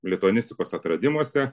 lituanistikos atradimuose